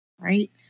right